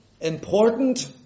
important